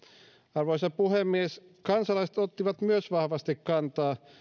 arvoisa puhemies kansalaiset ottivat myös vahvasti kantaa